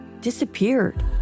disappeared